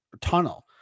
Tunnel